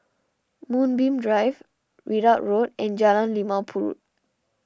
Moonbeam Drive Ridout Road and Jalan Limau Purut